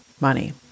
money